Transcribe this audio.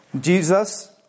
Jesus